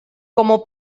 como